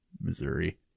Missouri